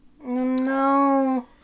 No